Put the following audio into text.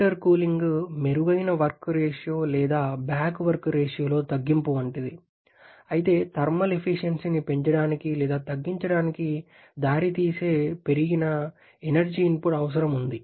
intercooling మెరుగైన work ratio లేదా back work రేషియోలో తగ్గింపు వంటిది అయితే థర్మల్ ఎఫిషియన్సీని పెంచడానికి లేదా తగ్గించడానికి దారితీసే పెరిగిన ఎనర్జీ ఇన్పుట్ అవసరం ఉంది